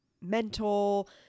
mental